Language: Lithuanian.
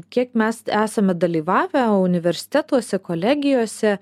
kiek mes esame dalyvavę universitetuose kolegijose